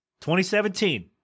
2017